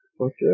Okay